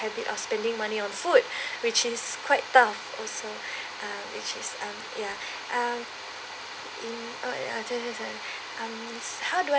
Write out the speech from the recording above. habit of spending money on food which is quite tough also ah which is um ya ah how do I